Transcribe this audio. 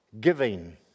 giving